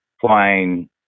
flying